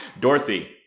Dorothy